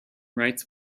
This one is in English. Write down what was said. rights